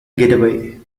getaway